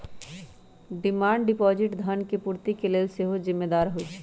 demand deposit धन के पूर्ति के लेल सेहो जिम्मेदार होइ छइ